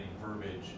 verbiage